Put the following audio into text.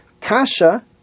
Kasha